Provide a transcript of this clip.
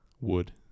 Wood